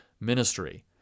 ministry